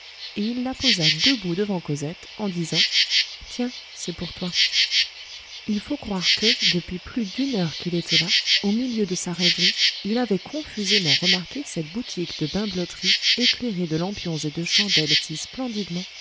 et il la posa debout devant cosette en disant tiens c'est pour toi il faut croire que depuis plus d'une heure qu'il était là au milieu de sa rêverie il avait confusément remarqué cette boutique de bimbeloterie éclairée de lampions et de chandelles si splendidement